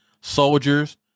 soldiers